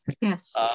Yes